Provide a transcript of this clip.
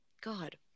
god